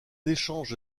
échange